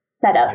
setup